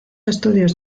estudios